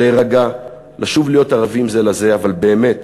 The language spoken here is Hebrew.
להירגע, לשוב להיות ערבים זה לזה, אבל באמת,